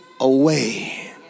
away